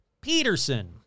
Peterson